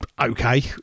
okay